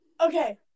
Okay